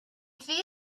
three